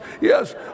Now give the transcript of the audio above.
Yes